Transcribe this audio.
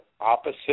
opposite